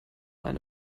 eine